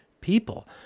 people